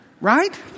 right